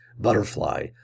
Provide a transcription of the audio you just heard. butterfly